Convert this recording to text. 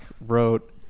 wrote